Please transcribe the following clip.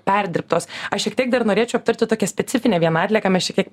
perdirbtos aš šiek tiek dar norėčiau aptarti tokią specifinę vieną atlieką mes čia kiek